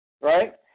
right